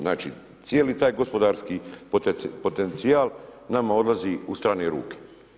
Znači cijeli taj gospodarski potencijal nama odlazi u strane ruke.